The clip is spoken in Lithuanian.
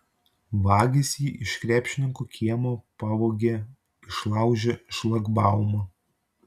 vagys jį iš krepšininko kiemo pavogė išlaužę šlagbaumą